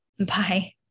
Bye